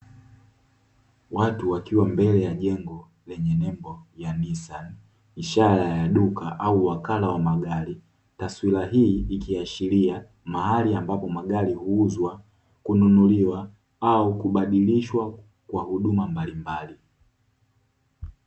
Watu wakiwa mbele ya jengo lenye nembo ya NISSAN, ishara ya duka au wakala wa magari. Taswira hii ikiashiria mahali ambapo magari huuzwa, kununuliwa au kubadilishwa kwa huduma mbalimbali.